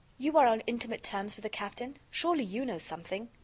you are on intimate terms with the captain surely you know something?